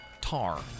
tar